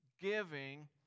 giving